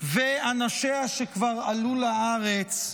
ואנשיה שכבר עלו לארץ,